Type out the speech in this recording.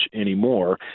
anymore